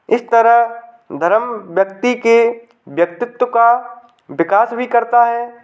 इस तरह धरम व्यक्ति के व्यक्तित्व का विकास भी करता है